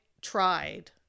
tried